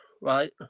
right